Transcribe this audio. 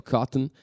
Cotton